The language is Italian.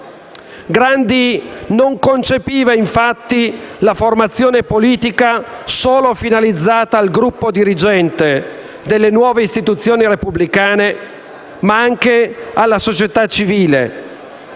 Grandi non concepiva, infatti, la formazione politica solo finalizzata al gruppo dirigente delle nuove istituzioni repubblicane, ma anche alla società civile,